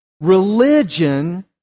religion